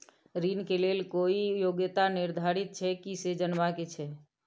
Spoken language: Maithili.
ऋण के लेल कोई योग्यता निर्धारित छै की से जनबा के छै?